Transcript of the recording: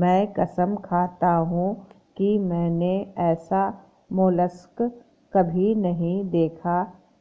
मैं कसम खाता हूँ कि मैंने ऐसा मोलस्क कभी नहीं देखा